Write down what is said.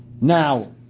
Now